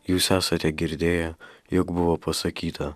jūs esate girdėję jog buvo pasakyta